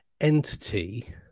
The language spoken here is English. entity